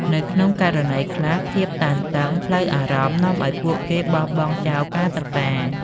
នៅក្នុងករណីខ្លះ ភាពតានតឹងផ្លូវអារម្មណ៍នាំឲ្យពួកគេបោះបង់ចោលការសិក្សា។